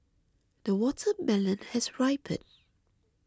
the watermelon has ripened